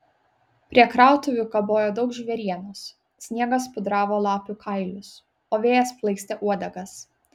prie krautuvių kabojo daug žvėrienos sniegas pudravo lapių kailius o vėjas plaikstė uodegas